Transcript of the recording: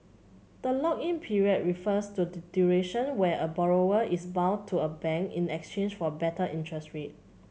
the lock in period refers to the duration where a borrower is bound to a bank in exchange for better interest rate